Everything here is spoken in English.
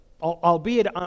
albeit